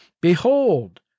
Behold